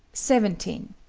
seventeen.